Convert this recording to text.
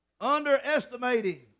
Underestimating